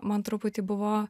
man truputį buvo